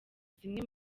zimwe